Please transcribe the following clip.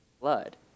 blood